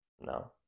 No